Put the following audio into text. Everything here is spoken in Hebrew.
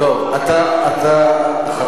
אתה אחריו בתור.